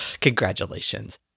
Congratulations